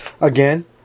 Again